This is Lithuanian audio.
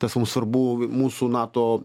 tas mums svarbu mūsų nato